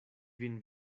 vin